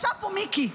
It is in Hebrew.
ישב פה מיקי,